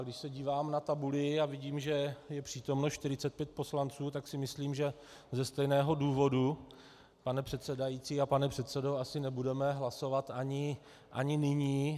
Když se dívám na tabuli, vidím, že je přítomno 45 poslanců, tak si myslím, že ze stejného důvodu, pane předsedající a pane předsedo, asi nebudeme hlasovat ani nyní.